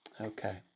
Okay